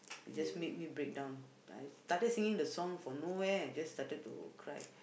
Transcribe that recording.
it just made me break down I started singing the sing from nowhere I just started to cry